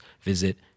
visit